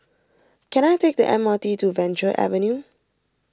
can I take the M R T to Venture Avenue